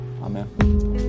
Amen